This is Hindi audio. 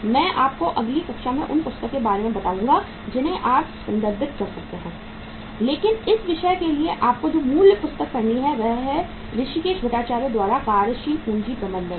मैं आपको अगली कक्षा उन पुस्तकों के बारे में बताऊंगा जिन्हें आप संदर्भित कर सकते हैं लेकिन इस विषय के लिए आपको जो मूल पुस्तक है पढ़नी है वह है ऋषिकेश भट्टाचार्य द्वारा कार्यशील पूंजी प्रबंधन है